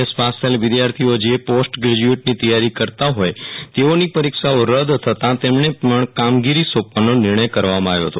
S pass થયેલ વિદ્યાર્થીઓ જે પોસ્ટ ગ્રેજ્યુ એટની તૈયારી કરતા હોય તેઓની પરીક્ષાઓ રદ્દ થતા તેમને પણ કામગીરી સોંપવાનો નિર્ણય કર વા માં આવ્યો હતો